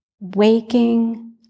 waking